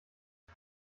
ich